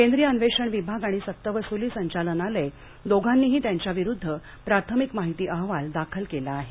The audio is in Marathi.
केंद्रीय अन्वेषण विभाग आणि सक्तवस्ली संचालनालय दोघांनीही त्यांच्याविरुध्द प्राथमिक माहिती अहवाल दाखल केला आहे